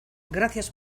gracias